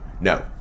no